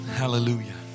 hallelujah